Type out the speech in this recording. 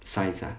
size ah